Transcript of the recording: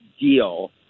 deal